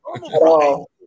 normal